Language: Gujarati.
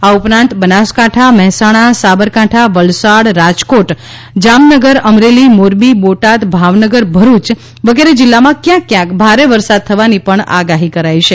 આ ઉપરાંત બનાસકાંઠા મહેસાણા સાંબરકાઠા વલસાડ રાજકોટ જામનગર અમરેલી મોરબી બોટાદ ભાવનગર ભરૃચ વગેરે જિલ્લામાં ક્યાંક ક્યાંક ભારે વરસાદ થવાની પણ આગાહી કરાઈ છે